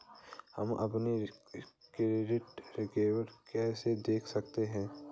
हम अपना credit score कैसे देख सकते हैं?